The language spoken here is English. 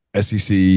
SEC